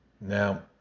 Now